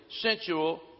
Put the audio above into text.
sensual